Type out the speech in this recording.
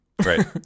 Right